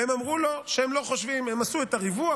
והם אמרו לו שהם לא חושבים, הם עשו את הריווח.